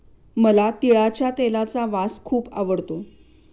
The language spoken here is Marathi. मला तिळाच्या तेलाचा वास खूप आवडतो